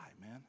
man